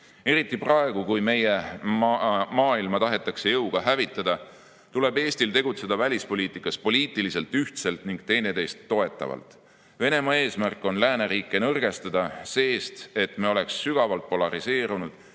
praegu, kui meie maailma tahetakse jõuga hävitada, tuleb Eestil tegutseda välispoliitikas poliitiliselt ühtselt ning teineteist toetavalt. Venemaa eesmärk on lääneriike nõrgestada seest, et me oleksime sügavalt polariseerunud